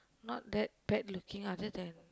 not that bad looking lah just that